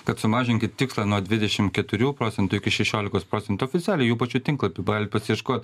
kad sumažinkit tikslą nuo dvidešimt keturių procentų iki šešiolikos procentų oficialiai jų pačių tinklapy bali pasieškot